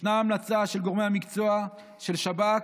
ישנה המלצה של גורמי המקצוע, של שב"כ,